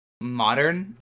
modern